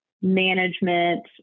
management